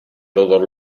todos